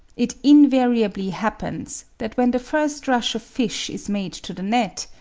it invariably happens that when the first rush of fish is made to the net,